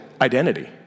identity